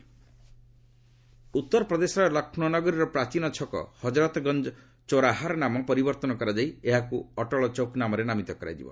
ଅଟଳ ଚୌକ୍ ଉତ୍ତରପ୍ରଦେଶର ଲକ୍ଷ୍ନୌ ନଗରିର ପ୍ରାଚୀନ ଛକ ହଜରତଗଞ୍ଜ ଚୌରାହାର ନାମ ପରିବର୍ତ୍ତନ କରାଯାଇ ଏହାକୁ ଅଟଳଚୌକ୍ ନାମରେ ନାମିତ କରାଯିବ